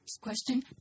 Question